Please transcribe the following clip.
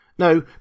No